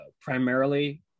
primarily